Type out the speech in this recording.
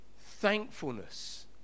thankfulness